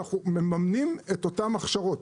שאנחנו מממנים את אותן הכשרות.